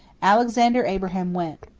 alexander abraham went.